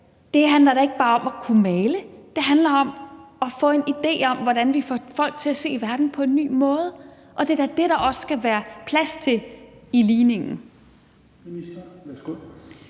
pibe, handler det da ikke bare om at kunne male. Det handler om at få en idé om, hvordan vi får folk til at se verden på en ny måde, og det er da det, der også skal være plads til i ligningen.